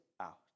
out